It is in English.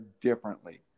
differently